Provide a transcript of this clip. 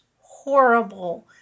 horrible